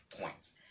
points